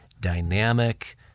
dynamic